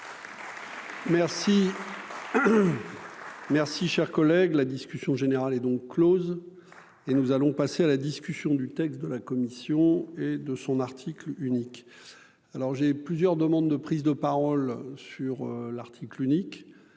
remercie. Merci, chers collègues, la discussion générale est donc Close et nous allons passer à la discussion du texte de la commission et de son article unique, alors j'ai plusieurs demandes de prise de parole sur l'article unique